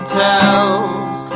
tells